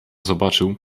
zobaczył